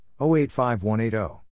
085180